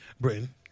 Britain